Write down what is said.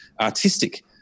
artistic